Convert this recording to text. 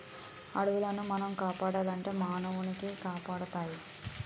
అడవులను మనం కాపాడితే మానవులనవి కాపాడుతాయి